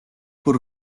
por